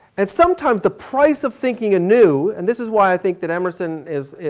and sometimes the price of thinking anew, and this is why i think that emerson is,